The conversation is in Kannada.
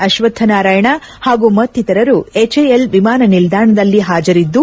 ಅಶ್ವತ್ಕ್ ನಾರಾಯಣ ಹಾಗೂ ಮತ್ತಿತರರು ಎಚ್ಎಎಲ್ ವಿಮಾನ ನಿಲ್ದಾಣದಲ್ಲಿ ಹಾಜರಿದ್ದು